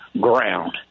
ground